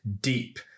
deep